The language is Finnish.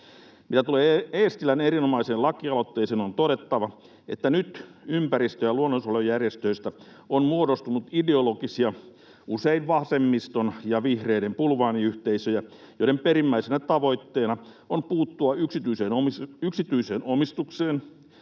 Mitä tulee Eestilän erinomaiseen lakialoitteeseen, on todettava, että nyt ympäristö- ja luonnonsuojelujärjestöistä on muodostunut ideologisia, usein vasemmiston ja vihreiden bulvaaniyhteisöjä, joiden perimmäisenä tavoitteena on puuttua yksityiseen omistukseen,